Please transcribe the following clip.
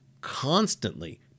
constantly